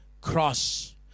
cross